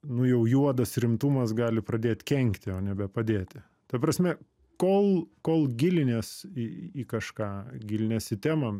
nu jau juodas rimtumas gali pradėt kenkti o nebepadėti ta prasme kol kol gilinies į į kažką gilinies į temą